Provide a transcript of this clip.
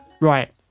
right